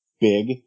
big